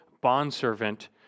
bondservant